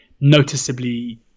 noticeably